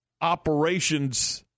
operations –